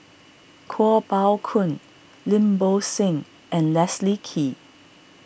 Kuo Pao Kun Lim Bo Seng and Leslie Kee